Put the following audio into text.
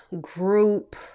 group